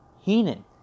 Heenan